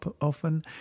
often